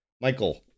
Michael